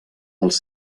els